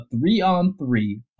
three-on-three